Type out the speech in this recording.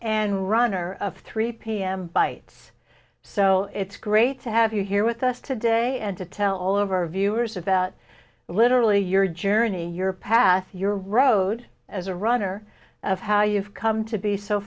and runner of three pm bites so it's great to have you here with us today and to tell all of our viewers about literally your journey your path your road as a runner of how you've come to be so